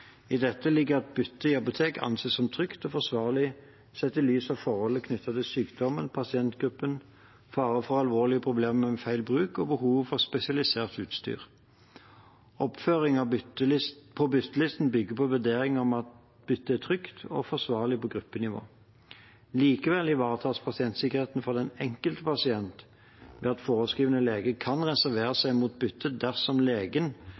I dette ligger at bytte i apotek anses som trygt og forsvarlig sett i lys av forhold knyttet til sykdommen, pasientgruppen, fare for alvorlige problemer ved feil bruk og behov for spesialisert utstyr. Oppføring på byttelisten bygger på en vurdering av om byttet er trygt og forsvarlig på gruppenivå. Likevel ivaretas pasientsikkerheten for den enkelte pasient ved at foreskrivende lege kan reservere seg mot bytte dersom legen